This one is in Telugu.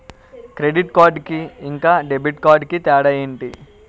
క్రెడిట్ కార్డ్ కి ఇంకా డెబిట్ కార్డ్ కి తేడా ఏంటి?